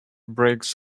brakes